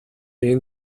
энэ